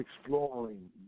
exploring